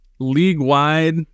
league-wide